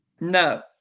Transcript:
No